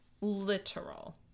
Literal